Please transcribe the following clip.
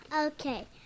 Okay